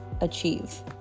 achieve